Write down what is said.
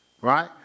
Right